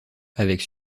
avec